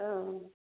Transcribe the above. औ